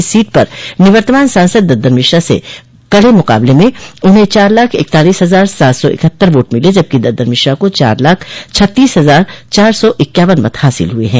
इस सीट पर निवर्तमान सांसद दद्दन मिश्रा से कड़े मुकाबले में उन्हें चार लाख इकतालीस हजार सात सौ इकहत्तर वोट मिले हैं जबकि दद्दन मिश्रा को चार लाख छत्तीस हजार चार सौ इक्यावन मत हासिल हुए हैं